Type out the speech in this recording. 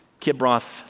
Kibroth